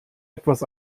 etwas